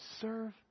serve